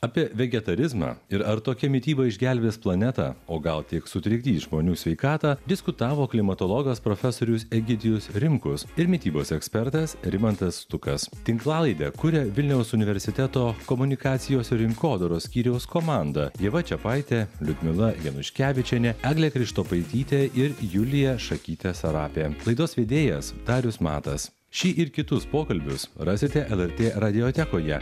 apie vegetarizmą ir ar tokia mityba išgelbės planetą o gal tik sutrikdys žmonių sveikatą diskutavo klimatologas profesorius egidijus rimkus ir mitybos ekspertas rimantas stukas tinklalaidę kuria vilniaus universiteto komunikacijos ir rinkodaros skyriaus komanda ieva čepaitė liudmila januškevičienė eglė krištopaitytė ir julija šakytė sarapė laidos vedėjas darius matas šį ir kitus pokalbius rasite lrt radiotekoje